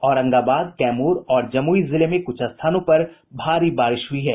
औरंगाबाद कैमूर और जमुई जिले में कुछ स्थानों पर भारी बारिश हुई है